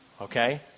okay